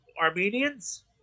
Armenians